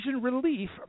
relief